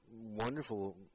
wonderful